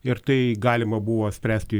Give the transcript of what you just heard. ir tai galima buvo spręsti